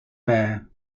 bear